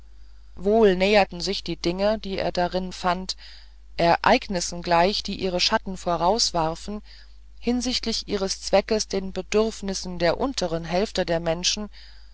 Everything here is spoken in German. wohl näherten sich die dinge die er darin fand ereignissen gleich die ihre schatten vorauswerfen hinsichtlich ihres zweckes den bedürfnissen der unteren hälfte der menschen